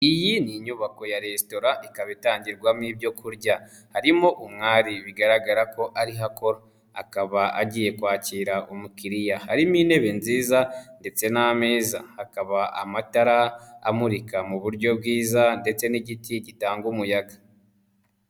Iyi ni inyubako ya resitora ikaba itangirwamo ibyo kurya, harimo umwari bigaragara ko ari ho akora akaba agiye kwakira umukiriya, harimo intebe nziza ndetse n'ameza hakaba amatara amurika mu buryo bwiza ndetse n'igiti gitanga umuyaga.